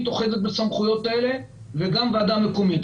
אוחזת בסמכויות האלה וגם ועדה מקומית.